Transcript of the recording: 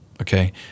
okay